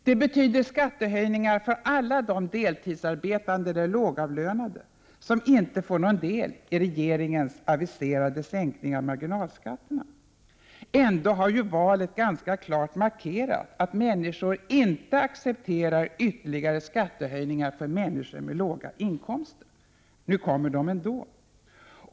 Det betyder skattehöjningar för alla de deltidsarbetande eller lågavlönade som inte får någon del i regeringens aviserade sänkning av marginalskatterna. Ändå har valet ganska klart markerat att människor inte accepterar ytterligare skattehöjningar för människor med låga inkomster. Nu kommer de ändå.